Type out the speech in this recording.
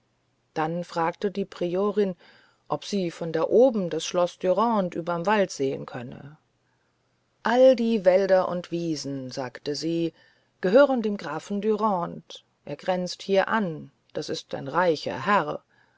dann fragte die priorin ob sie von da oben das schloß dürande überm walde sehen könne alle die wälder und wiesen sagte sie gehören dem grafen dürande er grenzt hier an das ist ein reicher herr